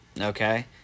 okay